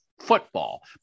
football